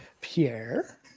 Pierre